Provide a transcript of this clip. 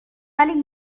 ولی